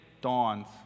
dawns